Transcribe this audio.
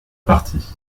partie